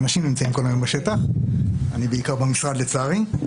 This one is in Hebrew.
האנשים נמצאים כול היום בשטח ואני בעיקר במשרד לצערי.